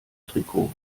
trikot